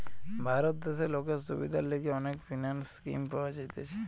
ভারত দেশে লোকের সুবিধার লিগে অনেক ফিন্যান্স স্কিম পাওয়া যাইতেছে